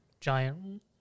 giant